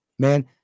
Man